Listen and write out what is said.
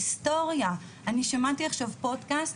שמעתי עכשיו פודקאסט,